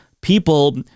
people